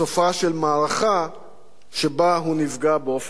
של מערכה שבה הוא נפגע באופן צבאי.